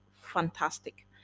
Fantastic